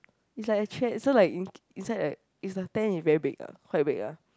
it's like a trend so like in inside like is the tent is very big ah quite big ah